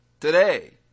today